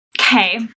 Okay